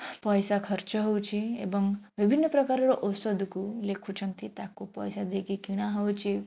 ପଇସା ଖର୍ଚ୍ଚ ହେଉଛି ଏବଂ ବିଭିନ୍ନ ପ୍ରକାରର ଔଷଧକୁ ଲେଖୁଛନ୍ତି ତାକୁ ପଇସା ଦେଇକି କିଣା ହେଉଛି